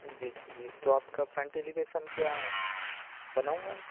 जी जी जी तो आपका फ़्रंट एलिवेसन क्या बनाऊं मैं